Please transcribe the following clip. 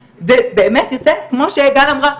ובאמת יוצא כמו שגל אמרה,